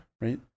right